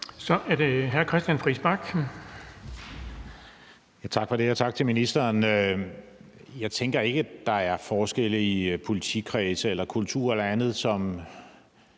Bach. Kl. 13:48 Christian Friis Bach (RV): Tak for det, og tak til ministeren. Jeg tænker ikke, at der er forskelle i politikredse, kultur eller andet, som